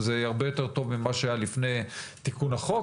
זה הרבה יותר טוב ממה שהיה לפני תיקון החוק,